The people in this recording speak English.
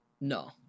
No